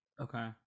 Okay